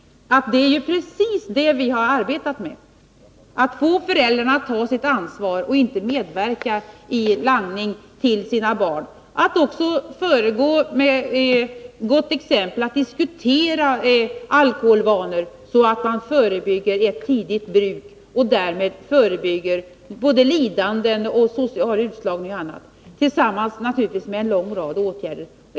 Det gäller att få föräldrarna att ta sitt ansvar och att få dem att inse att de inte skall medverka i langning till sina barn. Det gäller också att föregå med gott exempel, att diskutera alkoholvanor, så att ett tidigt missbruk kan förebyggas. Därmed förebygger man lidanden, social utslagning etc. Naturligtvis behövs här en lång rad åtgärder.